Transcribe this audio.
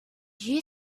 you